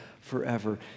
forever